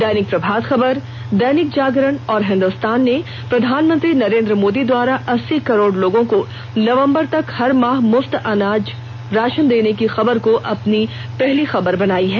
दैनिक प्रभात खबर दैनिक जागरण और हिंदुस्तान ने प्रधानमंत्री नरेंद्र मोदी द्वारा अस्सी करोड़ लोगों को नवंबर तक हर माह मुफ्त अनाज राषन देने की खबर को अपनी पहली खबर बनायी है